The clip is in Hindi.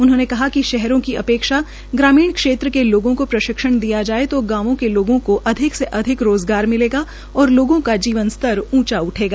उन्होंने कहा कि शहरों की अपेक्षा ग्रामीण क्षेत्र के लोगों को प्रशिक्षण दिया जाए तो गांवों के लोगों को अधिक से अधिक रोज़गार मिलेगा और लोगों का जीवन स्तर ऊंचा उठेगा